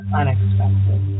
unexpected